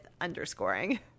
underscoring